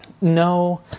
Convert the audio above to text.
No